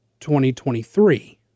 2023